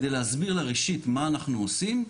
כדי להסביר ראשית מה אנחנו עושים,